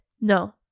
No